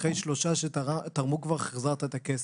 אחרי שלושה שתרמו כבר החזרת את הכסף,